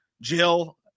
Jill